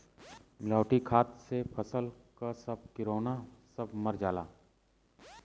मिलावटी खाद से फसल क सब किरौना सब मर जाला